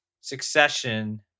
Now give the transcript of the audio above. Succession